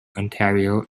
ontario